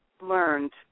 learned